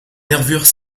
nervures